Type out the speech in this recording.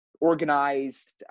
organized